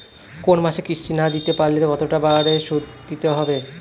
কোন মাসে কিস্তি না দিতে পারলে কতটা বাড়ে সুদ দিতে হবে?